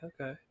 okay